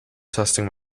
testing